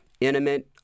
intimate